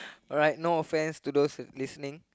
alright no offence to those listening